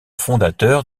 fondateur